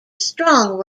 strong